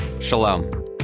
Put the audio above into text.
Shalom